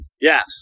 Yes